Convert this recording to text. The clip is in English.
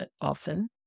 often